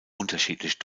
unterschiedlich